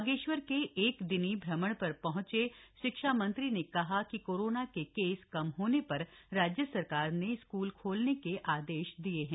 बागेश्वर के एक दिनी भ्रमण पर पहंचे शिक्षा मंत्री ने कहा कि कोरोना के केस कम होने पर राज्य सरकार ने स्कूल खोलने के आदेश दिये हैं